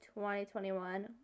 2021